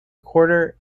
quarter